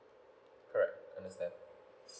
correct understand